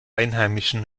einheimischen